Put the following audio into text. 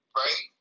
right